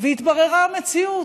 והתבררה המציאות.